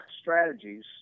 strategies